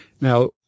Now